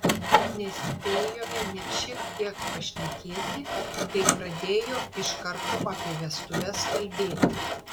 nespėjome net šiek tiek pašnekėti kai pradėjo iš karto apie vestuves kalbėti